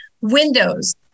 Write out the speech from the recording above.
Windows